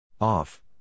Off